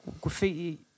Graffiti